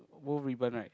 both ribbon right